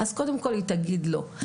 היא קודם כול תגיד: לא.